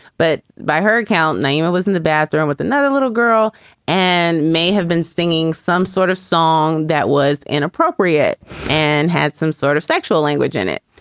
but by her account, nyima was in the bathroom with another little girl and may have been singing some sort of song that was inappropriate and had some sort of sexual language in it.